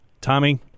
Tommy